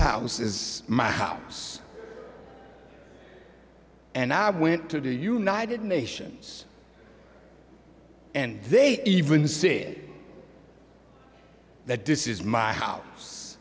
house is my house and i went to the united nations and they even say that this is my house